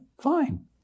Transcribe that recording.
fine